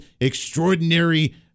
extraordinary